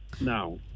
Now